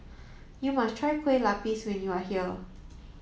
you must try Kueh Lapis when you are here